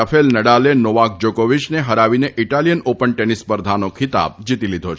Rafael નડાલે Novak જાકોવીચને ફરાવીને ઈટાલીયન ઓપન ટેનિસ સ્પર્ધાનો ખિતાબ જીતી લીધો છે